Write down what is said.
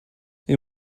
you